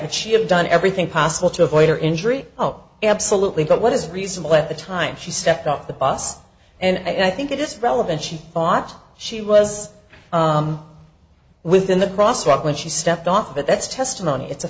would she have done everything possible to avoid her injury oh absolutely but what is reasonable at the time she stepped off the bus and i think it is relevant she thought she was within the crosswalk when she stepped off but that's testimony it's a